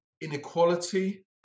inequality